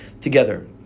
together